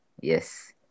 Yes